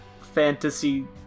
fantasy